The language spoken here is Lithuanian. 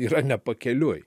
yra ne pakeliui